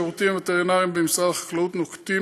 השירותים הווטרינריים במשרד החקלאות נוקטים